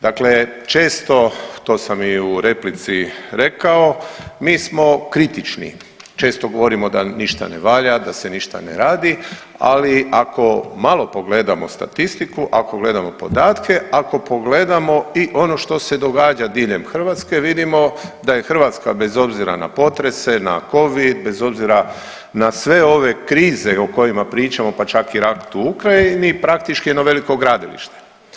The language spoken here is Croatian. Dakle često, to sam i u replici rekao, mi smo kritični, često govorimo da ništa ne valja, da se ništa ne radi, ali ako malo pogledamo statistiku, ako gledamo podatke, ako pogledamo i ono što se događa diljem Hrvatske, vidimo da je Hrvatska bez obzira na potrese, na Covid, bez obzira na sve ove krize o kojima pričamo, pa čak i rat u Ukrajini praktički jedno veliko gradilište.